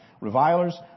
revilers